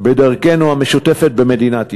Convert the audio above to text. בדרכנו המשותפת במדינת ישראל.